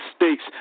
mistakes